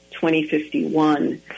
2051